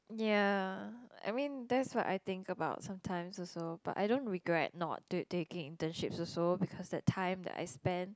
ya I mean that's what I think about sometimes also but I don't regret not do taking internships also because the time I that spend